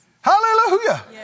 Hallelujah